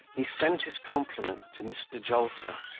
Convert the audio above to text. he sent his compliment to mr. jolter,